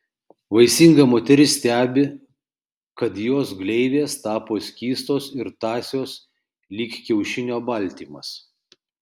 vaisinga moteris stebi kad jos gleivės tapo skystos ir tąsios lyg kiaušinio baltymas